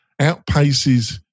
outpaces